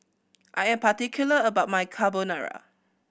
I am particular about my Carbonara